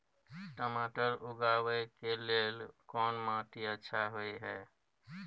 टमाटर उगाबै के लेल कोन माटी अच्छा होय है?